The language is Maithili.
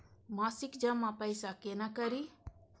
मासिक जमा पैसा केना करी?